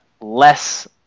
less